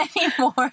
anymore